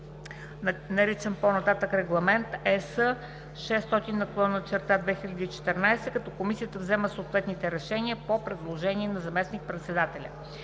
наричан по-нататък „Регламент (ЕС) № 600/2014”, като комисията взема съответните решения по предложение на заместник-председателя.